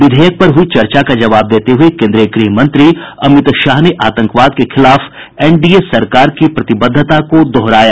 विधेयक पर हुई चर्चा का जवाब देते हुए केन्द्रीय गृह मंत्री अमित शाह ने आंतकवाद के खिलाफ एनडीए सरकार की प्रतिबद्धता को दोहराया